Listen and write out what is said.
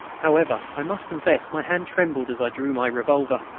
however, i must confess my hand trembled as i drew my revolver.